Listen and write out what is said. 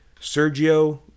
Sergio